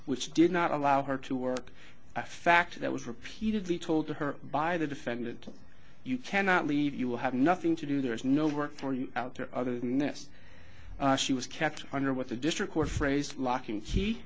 which did not allow her to work a fact that was repeatedly told to her by the defendant you cannot leave you will have nothing to do there is no work for you out there other than nest she was kept under with a district court phrase lacking she